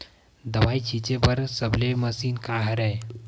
दवाई छिंचे बर सबले मशीन का हरे?